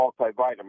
multivitamin